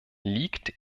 liegt